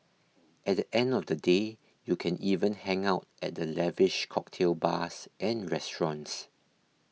at the end of the day you can even hang out at the lavish cocktail bars and restaurants